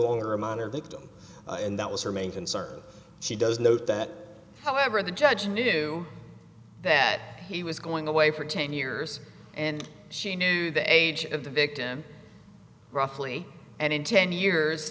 longer a minor looked and that was her main concern she does know that however the judge knew that he was going away for ten years and she knew the age of the victim roughly and in ten years